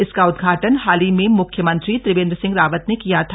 इसका उद्घाटन हाल ही में मुख्यमंत्री त्रिवेंद्र सिंह रावत ने किया था